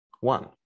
one